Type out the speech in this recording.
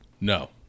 No